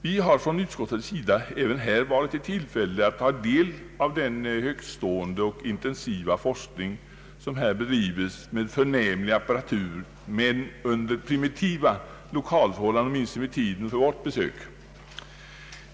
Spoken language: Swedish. Vi har från utskottets sida även här varit i tillfälle att ta del av den högtstående och intensiva forskning som vid Lantbrukshögskolan här bedrives med förnämlig apparatur men under primitiva lokalförhållanden, åtminstone vid tiden för vårt besök.